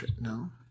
no